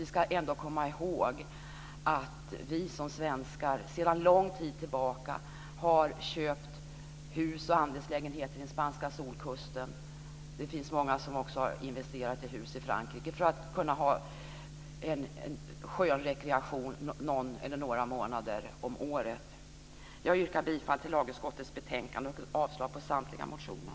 Vi ska ändå komma ihåg att vi som svenskar sedan lång tid tillbaka har köpt hus och andelslägenheter på den spanska solkusten, och det finns även många som har investerat i hus i Frankrike för att kunna ha en skön rekreation någon eller några månader om året. Jag yrkar bifall till hemställan i lagutskottets betänkande och avslag på samtliga motioner.